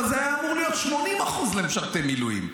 אבל זה היה אמור להיות 80% למשרתי מילואים,